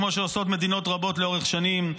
כמו שעושות מדינות רבות לאורך שנים,